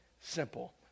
simple